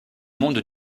monde